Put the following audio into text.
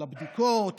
על הבדיקות,